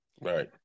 Right